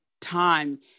time